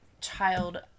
child